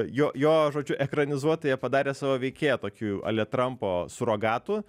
jo jo žodžiu ekranizuot tai jie padarė savo veikėją tokiu ale trampo surogatu